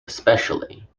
especially